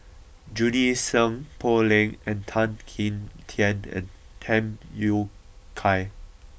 Junie Sng Poh Leng Tan Kim Tian and Tham Yui Kai